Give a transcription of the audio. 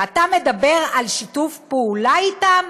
ואתה מדבר על שיתוף פעולה אתם?